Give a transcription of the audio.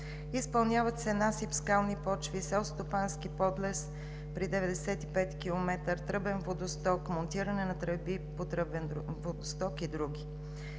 изпълняват се насип скални почви, селскостопански подлез при км 95; тръбен водосток; монтиране на тръби по тръбен водосток и други.